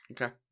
okay